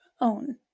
own